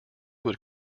would